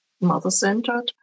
mother-centered